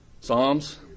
Psalms